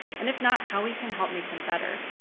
and if not how we can help make them better.